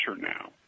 now